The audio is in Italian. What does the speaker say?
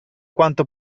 quanto